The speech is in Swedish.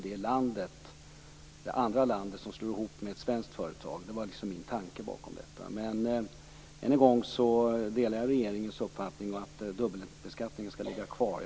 Det var min tanke bakom det hela. Men än en gång vill jag säga att jag delar regeringens uppfattning att dubbelbeskattningen skall vara kvar.